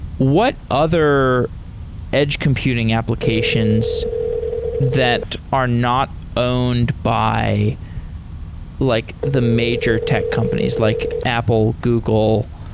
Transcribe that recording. what other edge computing applications that are not owned by like the major tech companies, like apple, google,